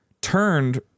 turned